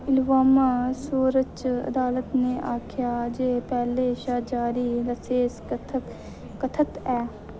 Alabama सर्वोच्च अदालत ने आक्खेआ जे पैह्लें शा जारी लसैंस कत्थक 'कथत' ऐ